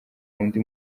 undi